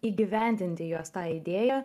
įgyvendinti jos tą idėją